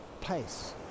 pace